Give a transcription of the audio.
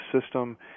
system